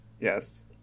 Yes